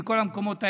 מכל המקומות האלה,